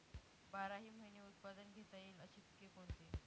बाराही महिने उत्पादन घेता येईल अशी पिके कोणती?